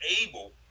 able